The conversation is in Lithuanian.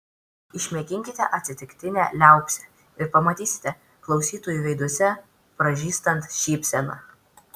išmėginkite atsitiktinę liaupsę ir pamatysite klausytojų veiduose pražystant šypseną